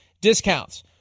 discounts